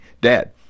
Dad